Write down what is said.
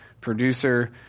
producer